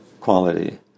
quality